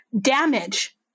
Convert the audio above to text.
damage